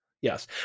Yes